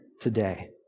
today